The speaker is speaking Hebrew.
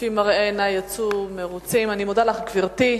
לפי מראה עיני, יצאו מרוצים, אני מודה לך, גברתי.